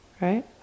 right